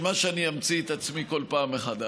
בשביל מה שאני אמציא את עצמי כל פעם מחדש?